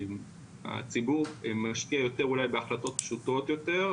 שהציבור משפיע יותר אולי בהחלטות פשוטות יותר,